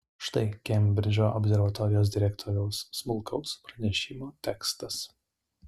štai kembridžo observatorijos direktoriaus smulkaus pranešimo tekstas